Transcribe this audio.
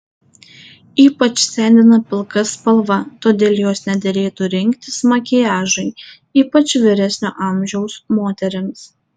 ypač sendina pilka spalva todėl jos nederėtų rinktis makiažui ypač vyresnio amžiaus moterims